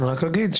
רק אגיד,